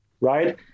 right